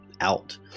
out